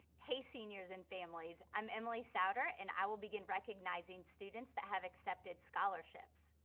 hey, seniors and families. i'm emily sowder, and i will begin recognizing students that have accepted scholarships.